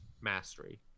mastery